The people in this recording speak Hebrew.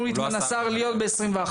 הוא התמנה שר להיות ב-2021.